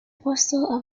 postal